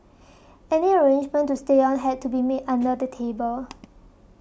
any arrangement to stay on had to be made under the table